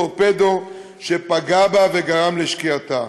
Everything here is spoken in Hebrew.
טורפדו שפגע בה וגרם לשקיעתה.